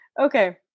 okay